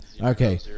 Okay